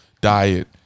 diet